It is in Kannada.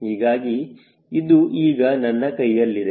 ಈಗಾಗಿ ಇದು ಈಗ ನನ್ನ ಕೈಯಲ್ಲಿದೆ